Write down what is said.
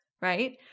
Right